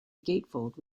gatefold